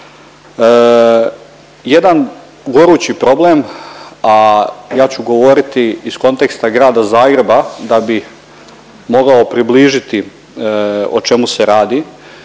Jedan gorući problem, a ja ću govoriti iz konteksta Grada Zagreba da bi mogao približiti o čemu se radi